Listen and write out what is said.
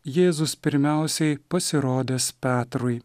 jėzus pirmiausiai pasirodęs petrui